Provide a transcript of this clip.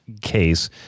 case